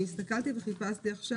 אני הסתכלתי וחיפשתי עכשיו.